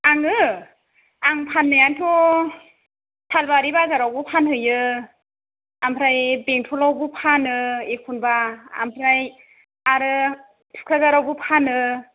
आङो आं फाननायाथ' सालबारि बाजारावबो फानहैयो आमफ्राय बेंथलआवबो फानो एखमबा आमफ्राय आरो थुख्राजारआवबो फानो